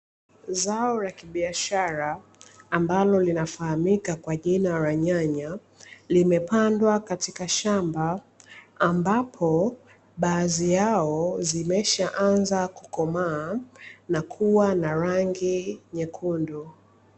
Zao la kibiashara ambalo linafahamika kwa jina la nyanya limepandwa katika shamba ambapo baadhi yake zimeshaanza kukomaa na kuwa na rangi nyekundu.